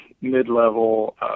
mid-level